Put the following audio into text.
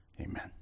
Amen